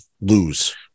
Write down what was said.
lose